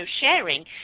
sharing